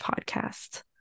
podcast